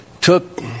took